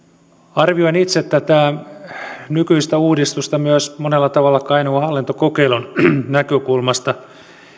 arvioin itse tätä nykyistä uudistusta myös monella tavalla kainuun hallintokokeilun näkökulmasta